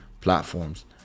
platforms